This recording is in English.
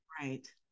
Right